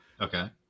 Okay